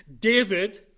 David